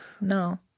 No